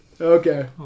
Okay